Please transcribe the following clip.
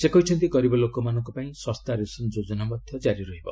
ସେ କହିଛନ୍ତି ଗରିବ ଲୋକମାନଙ୍କ ପାଇଁ ଶସ୍ତା ରେସନ୍ ଯୋଜନା ମଧ୍ୟ ଜାରି ରହିବ